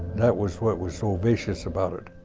that was what was so vicious about it.